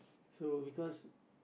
so because